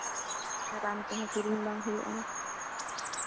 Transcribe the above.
ᱨᱟᱱ ᱠᱚᱦᱚᱸ ᱠᱤᱨᱤᱧ ᱵᱟᱝ ᱞᱟᱜᱟᱜᱼᱟ